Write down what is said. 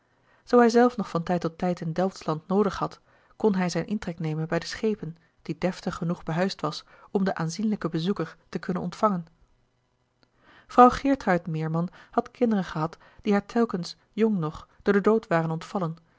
zoo hij zelf nog van tijd tot tijd in delfsland noodig had kon hij zijn intrek nemen bij den schepen die deftig genoeg behuisd was om de aanzienlijke bezoeken te kunnen ontvangen vrouw geertruid meerman had kinderen gehad die haar telkens jong nog door den dood waren ontvallen